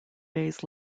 days